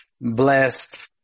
blessed